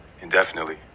indefinitely